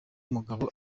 mugabo